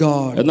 God